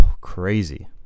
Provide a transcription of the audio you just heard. crazy